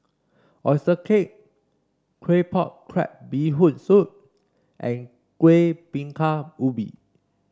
oyster cake Claypot Crab Bee Hoon Soup and Kuih Bingka Ubi